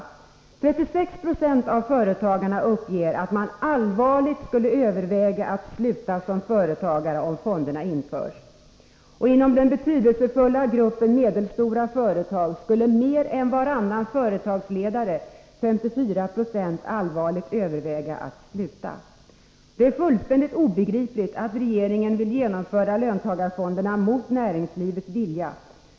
36 90 av företagarna uppger att de allvarligt skulle överväga att sluta som företagare om fonderna införs. Inom den betydelsefulla gruppen medelstora företag skulle mer än varannan företagsledare, 54 96, allvarligt överväga att sluta. Det är fullständigt obegripligt att regeringen vill genomföra löntagarfonderna mot näringslivets vilja.